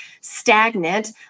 stagnant